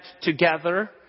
together